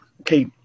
okay